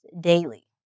daily